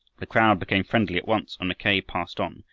the crowd became friendly at once, and mackay passed on,